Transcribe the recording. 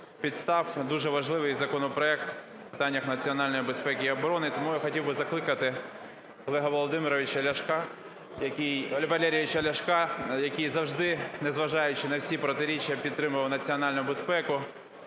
підстав дуже важливий законопроект у питаннях національної безпеки і оборони. Тому я хотів би закликати Олега Володимировича Ляшка… Олега Валерійовича Ляшка, який завжди, незважаючи на всі протиріччя, підтримував національну безпеку,